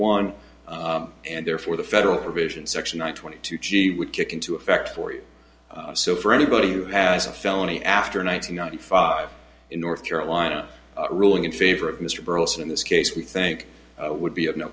one and therefore the federal probation section one twenty two g would kick into effect for you so for anybody who has a felony after ninety ninety five in north carolina ruling in favor of mr burleson in this case we think would be of no